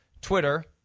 Twitter